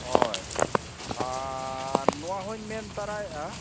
ᱦᱚᱭ ᱟᱻᱨ ᱱᱚᱣᱟᱦᱚᱧ ᱢᱮᱱ ᱛᱚᱨᱟᱭᱮᱫᱼᱟ